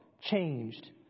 changed